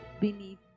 beneath